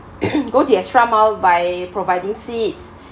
go the extra mile by providing seats